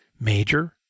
major